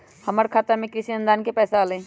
हमर खाता में कृषि अनुदान के पैसा अलई?